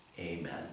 Amen